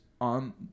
on